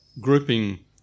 grouping